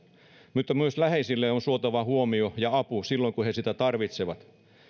mutta myös läheisille on suotava huomio ja apu silloin kun he sitä tarvitsevat